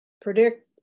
predict